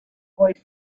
boy